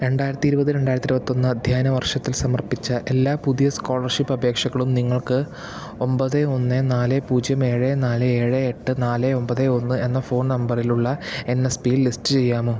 രണ്ടായിരത്തി ഇരുപത് രണ്ടായിരത്തി ഇരുപത്തൊന്ന് അധ്യായന വർഷത്തിൽ സമർപ്പിച്ച എല്ലാ പുതിയ സ്കോളർഷിപ്പ് അപേക്ഷകളും നിങ്ങൾക്ക് ഒമ്പത് ഒന്ന് നാല് പൂജ്യം ഏഴ് നാല് ഏഴ് എട്ട് നാല് ഒമ്പത് ഒന്ന് എന്ന ഫോൺ നമ്പറിലുള്ള എൻ എസ് പിയിൽ ലിസ്റ്റ് ചെയ്യാമോ